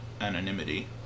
anonymity